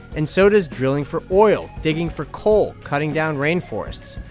and so does drilling for oil, digging for coal, cutting down rainforests.